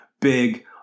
big